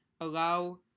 allow